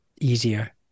easier